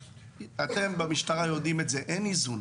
אתם במשטרה יודעים את זה, אין איזון.